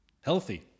Healthy